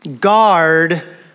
guard